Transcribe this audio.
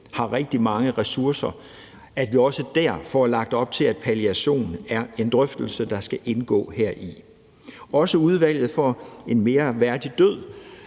med rigtig mange ressourcer, og at vi også får lagt op til, at palliation er en drøftelse, der skal indgå deri. Også Udvalget for en mere værdig død